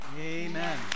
Amen